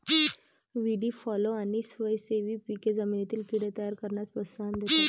व्हीडी fallow आणि स्वयंसेवी पिके जमिनीतील कीड़े तयार करण्यास प्रोत्साहन देतात